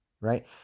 right